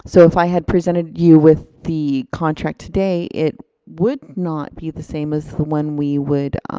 so if i had presented you with the contract today it would not be the same as the one we would